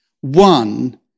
one